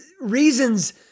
reasons